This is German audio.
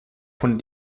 von